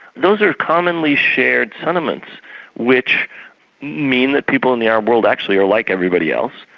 those are commonly shared sentiments which mean that people in the arab world actually are like everybody else.